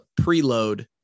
preload